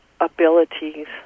abilities